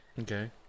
Okay